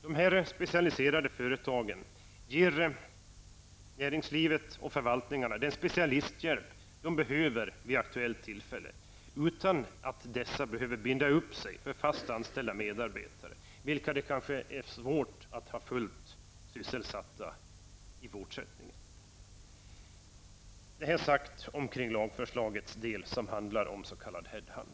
Dessa specialiserade företag ger näringslivet och förvaltningarna den specialisthjälp de behöver vid aktuellt tillfälle utan att dessa behöver binda upp sig med fast anställda medarbetare, vilka kanske är svårt att hålla fullt sysselsatta i fortsättningen. Detta sagt om den del av lagförslaget som handlar om s.k. head hunting.